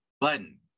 button